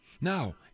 Now